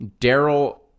Daryl